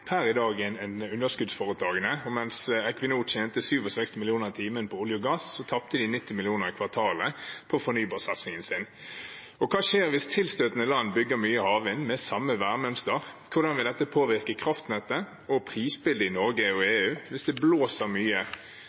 per i dag et underskuddsforetak. Mens Equinor tjente 67 mill. kr timen på olje og gass, tapte de 90 mill. kr i kvartalet på fornybarsatsingen sin. Hva skjer hvis tilstøtende land bygger ut mye havvind med samme værmønster? Hvordan vil det påvirke kraftnettet og prisbildet i Norge og EU hvis det blåser mye